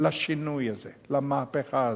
לשינוי הזה, למהפכה הזאת,